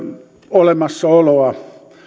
olemassaoloa